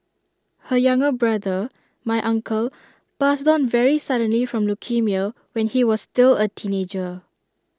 her younger brother my uncle passed on very suddenly from leukaemia when he was still A teenager